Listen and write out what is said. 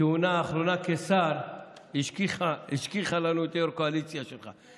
האחרונה כשר השכיחה לנו את יו"רות הקואליציה שלך.